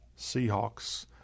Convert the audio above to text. Seahawks